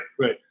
right